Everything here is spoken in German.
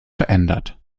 verändert